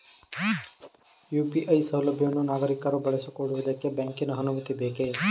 UPI ಸೌಲಭ್ಯವನ್ನು ನಾಗರಿಕರು ಬಳಸಿಕೊಳ್ಳುವುದಕ್ಕೆ ಬ್ಯಾಂಕಿನ ಅನುಮತಿ ಬೇಕೇ?